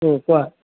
কোৱা